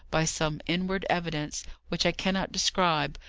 by some inward evidence which i cannot describe,